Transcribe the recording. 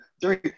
three